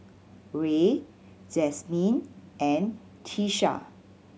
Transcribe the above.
Rey Jasmyn and Tyesha